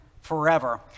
Forever